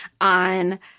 on